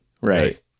Right